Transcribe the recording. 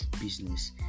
business